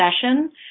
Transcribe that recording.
session